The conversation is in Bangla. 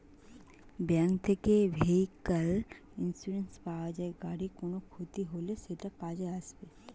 ব্যাঙ্ক থেকে ভেহিক্যাল ইন্সুরেন্স পাওয়া যায়, গাড়ির কোনো ক্ষতি হলে সেটা কাজে আসবে